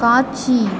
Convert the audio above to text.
காட்சி